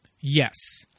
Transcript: Yes